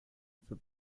peux